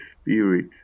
Spirit